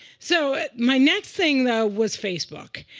so my next thing, though, was facebook.